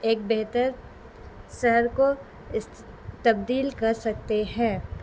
ایک بہتر شہر کو تبدیل کر سکتے ہیں